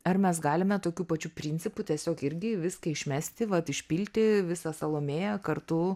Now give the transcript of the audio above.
ar mes galime tokiu pačiu principu tiesiog irgi viską išmesti vat išpilti visą salomėją kartu